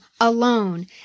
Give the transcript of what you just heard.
alone